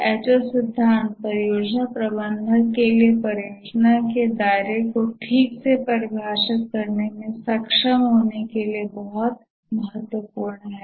W5HH सिद्धांत परियोजना प्रबंधक के लिए परियोजना के दायरे को ठीक से परिभाषित करने में सक्षम होने के लिए बहुत महत्वपूर्ण है